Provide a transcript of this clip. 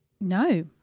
No